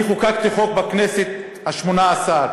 אני חוקקתי חוק בכנסת בשמונה-עשרה